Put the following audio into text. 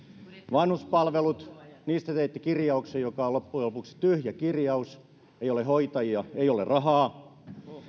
vanhuspalveluista te teitte kirjauksen joka on loppujen lopuksi tyhjä kirjaus ei ole hoitajia ei ole rahaa